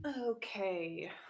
Okay